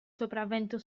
sopravvento